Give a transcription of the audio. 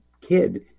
kid